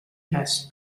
has